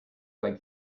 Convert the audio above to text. like